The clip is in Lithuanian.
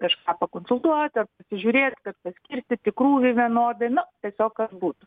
kažką pakonsultuoti ar pasižiūrėt kad paskirstyti krūvį vienodai nu tiesiog kas būtų